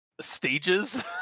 stages